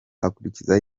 akurikizaho